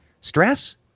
stress